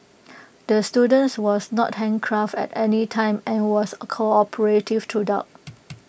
the students was not handcuffed at any time and was cooperative throughout